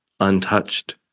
untouched